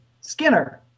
Skinner